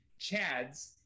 chads